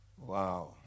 Wow